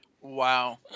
Wow